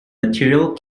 material